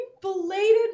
belated